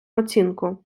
оцінку